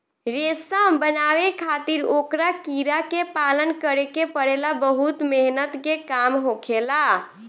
रेशम बनावे खातिर ओकरा कीड़ा के पालन करे के पड़ेला बहुत मेहनत के काम होखेला